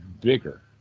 bigger